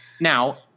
Now